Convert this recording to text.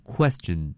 Question